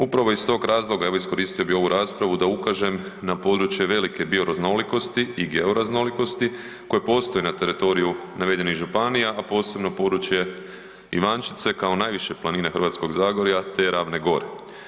Upravo iz tog razloga iskoristio bih ovu raspravu da ukažem na područje velike bioraznolikosti i georaznolikosti koji postoje na teritoriju navedenih županija, a posebno područje Ivančice kao najviše planine Hrvatskog zagorja te Ravne gore.